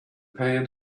pan